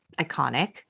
iconic